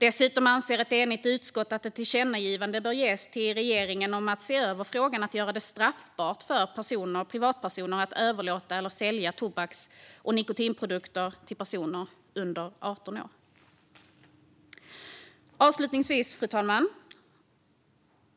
Dessutom anser ett enigt utskott att ett tillkännagivande bör ges till regeringen om att se över frågan om att göra det straffbart för privatpersoner att överlåta eller sälja tobaks och nikotinprodukter till personer under 18 år. Fru talman!